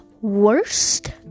worst